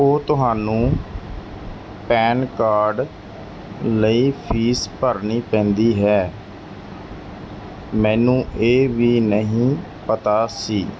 ਉਹ ਤੁਹਾਨੂੰ PAN card ਲਈ ਫ਼ੀਸ ਭਰਨੀ ਪੈਂਦੀ ਹੈ ਮੈਨੂੰ ਇਹ ਵੀ ਨਹੀਂ ਪਤਾ ਸੀ